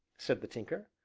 said the tinker.